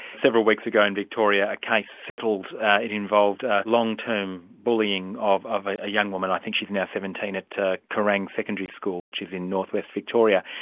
several weeks ago in victoria, a case settled involved long-term bullying of of a a young woman, i think she's now seventeen at kerang secondary school, which is in north-west victoria.